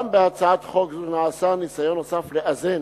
גם בהצעת חוק זו נעשה ניסיון נוסף לאזן